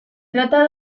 trata